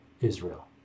Israel